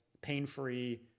pain-free